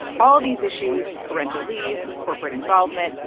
all these issues parental leave, corporate involvement,